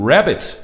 Rabbit